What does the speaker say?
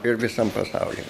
ir visam pasauly